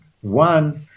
One